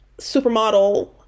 supermodel